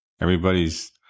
Everybody's